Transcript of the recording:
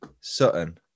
Sutton